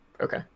Okay